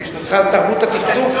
במשרד התרבות התקצוב?